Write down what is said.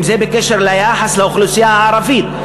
אם בקשר ליחס לאוכלוסייה הערבית.